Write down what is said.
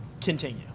continue